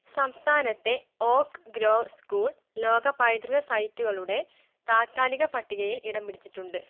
സംസ്ഥാനത്തെ oak grove school ലോക പൈതൃക സൈറ്റുകളുടെ താത്ക്കാലിക പട്ടികയിൽ ഇടം പിടിച്ചിട്ടുണ്ട്